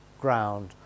ground